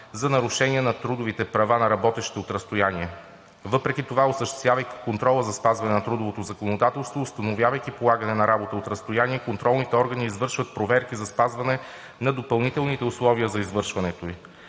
за нарушения на трудовите права на работещите от разстояние. Въпреки това, осъществявайки контрола за спазване на трудовото законодателство, установявайки полагане на работа от разстояние, контролните органи извършват проверки за спазване на допълнителните условия за извършването ѝ.